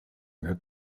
that